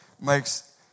makes